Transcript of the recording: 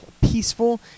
peaceful